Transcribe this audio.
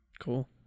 Cool